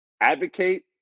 advocate